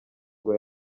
ngo